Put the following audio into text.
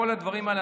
כל הדברים האלה.